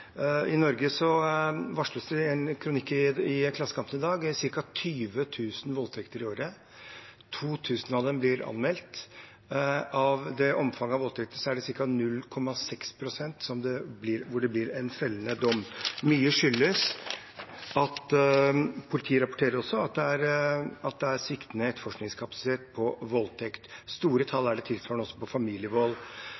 I Norge varsles det, ifølge en kronikk i Klassekampen i dag, ca. 20 000 voldtekter i året, 2 000 av dem blir anmeldt. Av dette omfanget voldtekter får ca. 0,6 pst. en fellende dom. Politiet rapporterer også at det er sviktende etterforskningskapasitet på voldtekt. Tilsvarende store tall